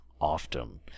often